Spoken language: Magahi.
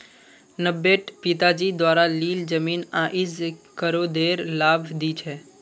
नब्बेट पिताजी द्वारा लील जमीन आईज करोडेर लाभ दी छ